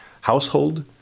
household